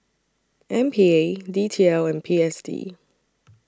M P A D T L and P S D